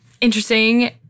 Interesting